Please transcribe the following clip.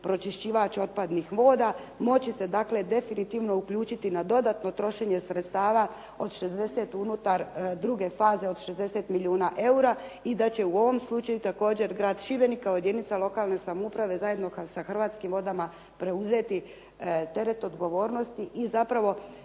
pročiščivać otpadnih voda moći se dakle, definitivno uključiti na dodatno trošenje sredstava od 60 unutar, druge faze od 60 milijuna eura i da će u ovom slučaju također grad Šibenik kao i jedinica lokalne samouprave zajedno sa hrvatskim vodama preuzeti teret odgovornosti i zapravo